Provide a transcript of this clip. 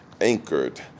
anchored